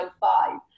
five